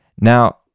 Now